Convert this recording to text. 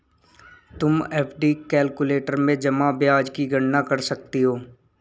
तुम FD calculator में जमा ब्याज की गणना कर सकती हो